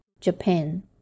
Japan